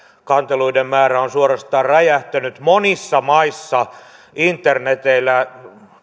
kanteluiden määrä on suorastaan räjähtänyt monissa maissa tällaisia internetillä